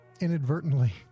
inadvertently